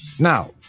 Now